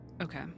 Okay